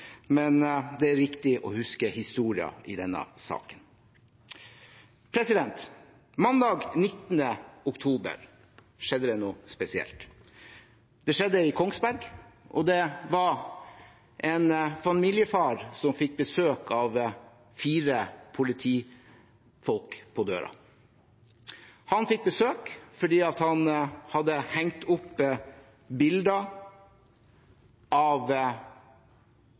men det er viktig å huske historien i denne saken. Mandag 19. oktober skjedde det noe spesielt. Det skjedde i Kongsberg, og det var en familiefar som fikk besøk av fire politifolk på døren. Han fikk besøk fordi han hadde hengt opp bilder av